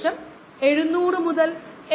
ഇത് പ്രത്യേകിച്ചും താപ അണുനശീകരണം ആണ്